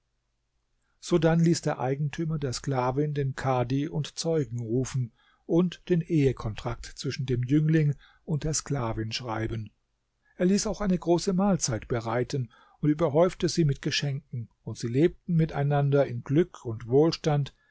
sodann ließ der eigentümer der sklavin den kadhi und zeugen rufen und den ehekontrakt zwischen dem jüngling und der sklavin schreiben er ließ auch eine große mahlzeit bereiten und überhäufte sie mit geschenken und sie lebten miteinander in glück und wohlstand